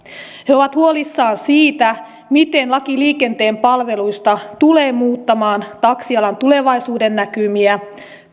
ovat huolissaan siitä miten laki liikenteen palveluista tulee muuttamaan taksialan tulevaisuudennäkymiä